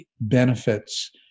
benefits